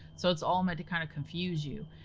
so it's all meant to kind of confuse you.